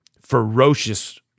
Ferocious